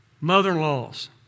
mother-in-laws